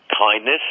kindness